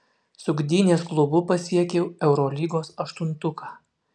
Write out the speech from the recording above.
su gdynės klubu pasiekiau eurolygos aštuntuką